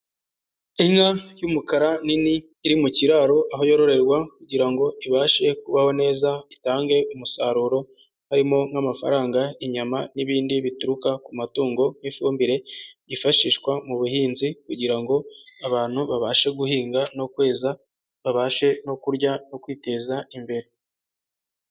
Inka y'umukara nini iri mu kiraro, aho yororerwa kugirango ibashe kubaho neza itange umusaruro, harimo nk'amafaranga, inyama n'ibindi bituruka ku matungo, n'ifumbire yifashishwa mu buhinzi kugira ngo abantu babashe guhinga no kweza, babashe no kurya no kwiteza imbere.